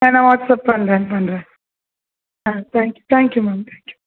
ஆ நான் வாட்ஸப் பண்ணுறேன் பண்ணுறேன் ஆ thank you thank you ma'am thank you